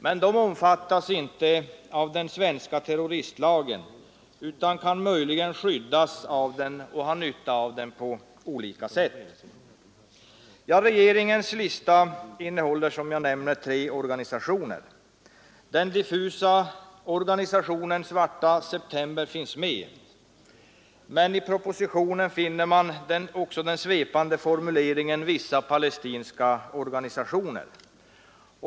Men de omfattas inte av den svenska terroristlagen, utan kan möjligen skyddas av den och ha nytta av den på olika sätt. Regeringens lista innehåller, som jag nämnde, tre organisationer. Den diffusa organisationen Svarta september är med, men i propositionen finner man också den svepande formuleringen ”vissa palestinska organisationer”.